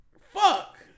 Fuck